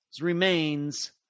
remains